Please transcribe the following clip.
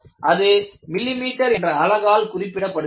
அது மில்லிமீட்டர் என்ற அலகால் குறிப்பிடப்படுகிறது